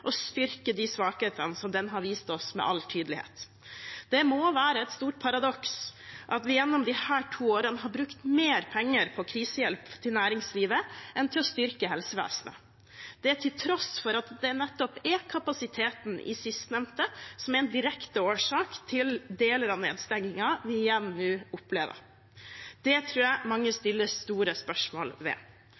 og de svakhetene den med all tydelighet har vist oss. Det må være et stort paradoks at vi gjennom disse to årene har brukt mer penger på krisehjelp til næringslivet enn til å styrke helsevesenet – det til tross for at det nettopp er kapasiteten i sistnevnte som er en direkte årsak til deler av nedstengingen vi nå igjen opplever. Det tror jeg mange stiller store spørsmål ved.